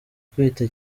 kwita